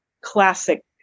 classic